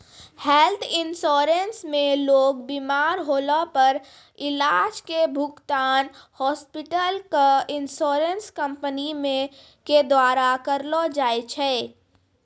health insurance मे लोग बिमार होला पर इलाज के भुगतान हॉस्पिटल क इन्शुरन्स कम्पनी के द्वारा करलौ जाय छै